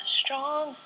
strong